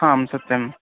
हां सत्यम्